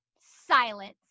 silence